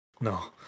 No